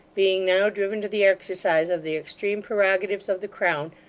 being now driven to the exercise of the extreme prerogatives of the crown,